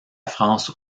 france